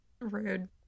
Rude